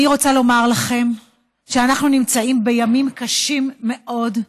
אני רוצה לומר לכם שאנחנו נמצאים בימים קשים מאוד,